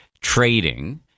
trading